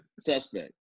Suspect